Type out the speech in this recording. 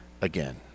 again